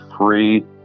free